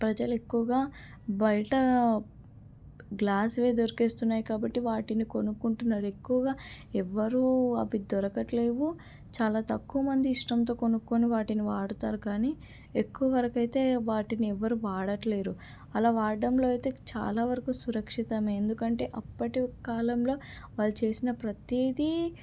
ప్రజలు ఎక్కువగా బయట గ్లాస్వే దొరికేస్తున్నాయి కాబట్టి వాటిని కొనుక్కుంటున్నారు ఎక్కువగా ఎవరూ అవి దొరకట్లేవు చాలా తక్కువ మంది ఇష్టంతో కొనుక్కొని వాటిని వాడతారు కానీ ఎక్కువ వరకైతే వాటిని ఎవరూ వాడట్లేదు అలా వాడడంలో అయితే చాలా వరకు సురక్షితమే ఎందుకంటే అప్పటి కాలంలో వాళ్ళు చేసిన ప్రతీది